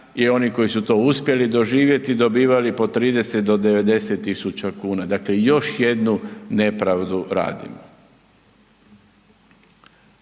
i oni koji su to uspjeli doživjeti dobivali po 30 do 90.000 kuna. Dakle, još jednu nepravdu radimo.